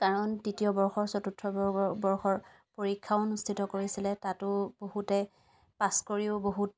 কাৰণ তৃতীয় বৰ্ষ চতুৰ্থ বৰ্গ বৰ্ষৰ পৰীক্ষাও অনুষ্ঠিত কৰিছিলে তাতো বহুতে পাছ কৰিও বহুত